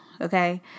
Okay